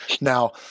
Now